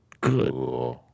Good